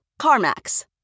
CarMax